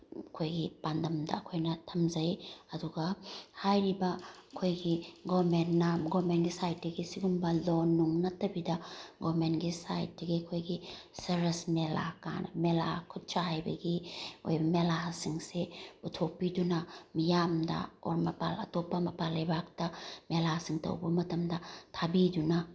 ꯑꯩꯈꯣꯏꯒꯤ ꯄꯥꯟꯗꯝꯗ ꯑꯩꯈꯣꯏꯅ ꯊꯝꯖꯩ ꯑꯗꯨꯒ ꯍꯥꯏꯔꯤꯕ ꯑꯩꯈꯣꯏꯒꯤ ꯒꯣꯃꯦꯟꯅ ꯒꯣꯃꯦꯟꯒꯤ ꯁꯥꯏꯠꯇꯒꯤ ꯁꯤꯒꯨꯝꯕ ꯂꯣꯟ ꯅꯨꯡ ꯅꯠꯇꯕꯤꯗ ꯒꯣꯃꯦꯟꯒꯤ ꯁꯥꯏꯠꯇꯒꯤ ꯑꯩꯈꯣꯏꯒꯤ ꯁꯔꯁ ꯃꯦꯂꯥ ꯀꯥꯏꯅ ꯃꯦꯂꯥ ꯈꯨꯠꯁꯥ ꯍꯩꯕꯒꯤ ꯑꯣꯏꯕ ꯃꯦꯂꯥꯁꯤꯡꯁꯦ ꯄꯨꯊꯣꯛꯄꯤꯗꯨꯅ ꯃꯤꯌꯥꯝꯗ ꯑꯣꯔ ꯃꯄꯥꯜ ꯑꯇꯣꯞꯄ ꯃꯄꯥꯜ ꯂꯩꯕꯥꯛꯇ ꯃꯦꯂꯥꯁꯤꯡ ꯇꯧꯕ ꯃꯇꯝꯗ ꯊꯥꯕꯤꯗꯨꯅ